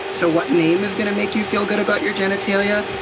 so what name is going to make you feel good about your genitalia?